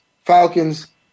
Falcons